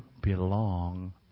belong